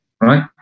right